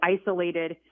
isolated